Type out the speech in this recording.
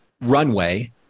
runway